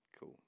Cool